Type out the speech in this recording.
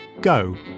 Go